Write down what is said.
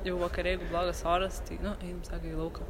jau vakare jeigu blogas oras tai nu einam sako į lauką